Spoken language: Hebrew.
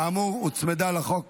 כאמור, הוצמדה לחוק